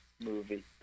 movie